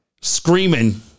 screaming